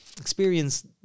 experience